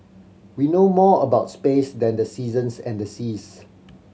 we know more about space than the seasons and the seas